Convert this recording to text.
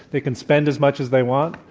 they can spend as much as they want.